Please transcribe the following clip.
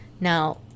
Now